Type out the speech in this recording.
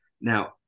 Now